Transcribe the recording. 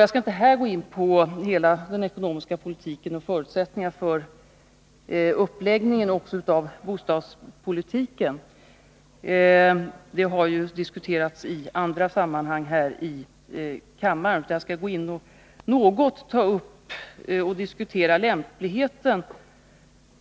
Jag skall inte här gå in på hela den ekonomiska politiken och förutsättningarna för uppläggningen av bostadspolitiken. Det är saker som har diskuterats i andra sammanhang här i kammaren. I stället skall jag något diskutera lämpligheten av